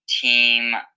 team